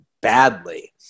badly